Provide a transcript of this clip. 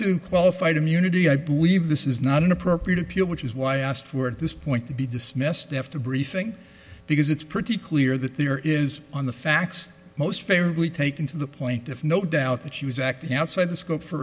to qualified immunity i believe this is not an appropriate appeal which is why i asked for at this point to be dismissed after briefing because it's pretty clear that there is on the facts most favorably taken to the point of no doubt that she was acting outside the scope for